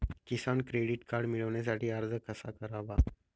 किसान credit card मिळवण्यासाठी अर्ज कसा करावा?